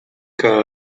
que